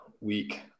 week